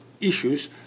issues